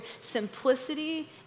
simplicity